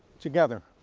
together.